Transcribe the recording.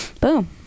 Boom